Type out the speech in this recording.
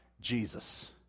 Jesus